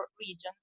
regions